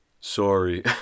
Sorry